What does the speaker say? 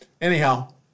anyhow